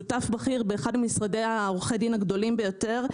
שותף בכיר באחד ממשרדי עורכי הדין הגדולים ביותר,